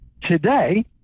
today